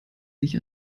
sich